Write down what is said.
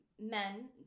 men